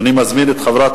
אני מזמין את חברת